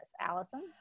Allison